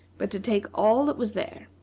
but to take all that was there.